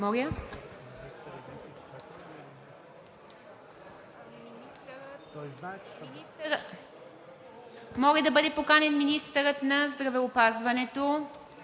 Моля да бъде поканен министърът на здравеопазването.